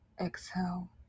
exhale